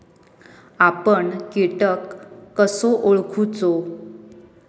आपन कीटक कसो ओळखूचो?